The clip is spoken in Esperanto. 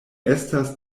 estas